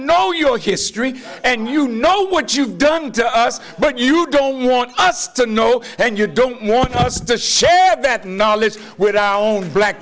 know your history and you know what you've done to us but you don't want us to know and you don't want us to share that knowledge with our own black